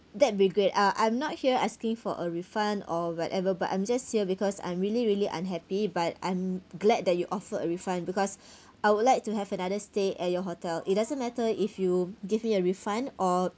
that'd be good uh I'm not here asking for a refund or whatever but I'm just here because I'm really really unhappy but I'm glad that you offer a refund because I would like to have another stay at your hotel it doesn't matter if you give me a refund or